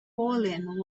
fallen